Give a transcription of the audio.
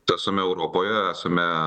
esame europoje esame